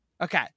okay